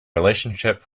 relationship